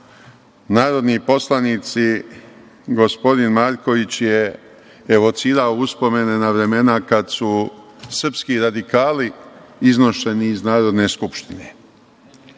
narodni poslanici, gospodin Marković je evocirao uspomene na vremena kad su srpski radikali iznošeni iz Narodne skupštine.